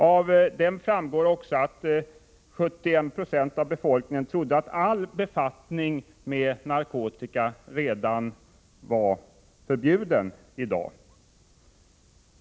Av den framgår också att 71 26 av befolkningen trodde att all befattning med narkotika i dag redan var förbjuden.